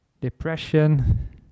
depression